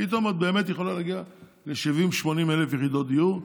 ואיתם את באמת יכולה להגיע ל-80,000-70,000 יחידות דיור,